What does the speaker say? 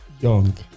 young